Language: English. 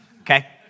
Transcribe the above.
Okay